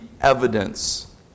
evidence